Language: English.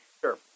Sure